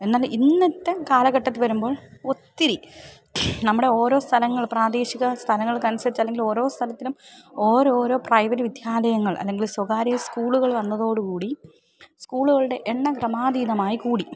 എന്നാൽ ഇന്നത്തെ കാലഘട്ടത്തിൽ വരുമ്പോൾ ഒത്തിരി നമ്മുടെ ഓരോ സ്ഥലങ്ങൾ പ്രാദേശിക സ്ഥലങ്ങൾക്കനുസരിച്ചു അല്ലെങ്കിൽ ഓരോ സ്ഥലത്തിലും ഓരോ ഓരോ പ്രൈവറ്റ് വിദ്യാലയങ്ങൾ അല്ലെങ്കിൽ സ്വകാര്യ സ്കൂളുകൾ വന്നതോടുകൂടി സ്കൂളുകളുടെ എണ്ണം ക്രമാധീതമായി കൂടി